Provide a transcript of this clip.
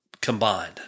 combined